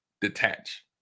detach